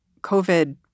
COVID